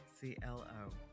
C-L-O